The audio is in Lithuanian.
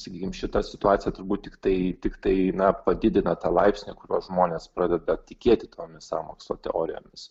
sakykim šita situacija turbūt tiktai tiktai na padidina tą laipsnį kuriuo žmonės pradeda tikėti tomis sąmokslo teorijomis